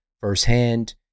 firsthand